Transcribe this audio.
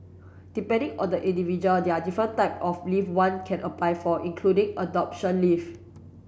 depending on the individual there are different type of leave one can apply for including adoption leave